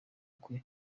kwe